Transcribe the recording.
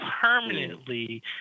permanently